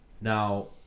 Now